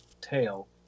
tail